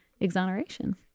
exoneration